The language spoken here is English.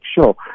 sure